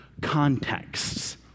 contexts